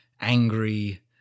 angry